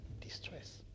distress